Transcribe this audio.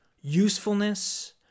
usefulness